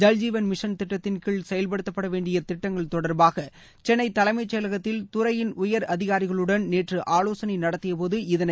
Jal Jeevan mission திட்டத்தின் கீழ் செயல்படுத்தப்பட வேண்டிய திட்டங்கள் தொடர்பாக சென்னை தலைமை செயலகத்தில் துறையின் உயர் அதிகாரிகளுடன் நேற்று ஆலோசனை நடத்தியபோது இதனை அமைச்சர் தெரிவித்தார்